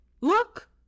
Look